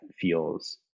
feels